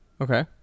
Okay